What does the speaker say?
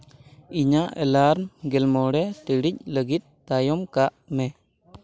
ᱤᱧᱟᱹᱜ ᱮᱞᱟᱨᱢ ᱜᱮᱞ ᱢᱚᱬᱮ ᱴᱤᱲᱤᱡ ᱞᱟᱹᱜᱤᱫ ᱛᱟᱭᱚᱢ ᱠᱟᱜ ᱢᱮ